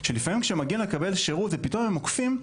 שלפעמים שמגיע להם לקבל שירות ופתאום הם עוקפים,